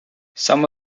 some